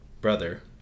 brother